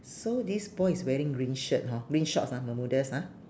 so this boy is wearing green shirt hor green shorts ha bermudas ha